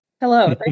Hello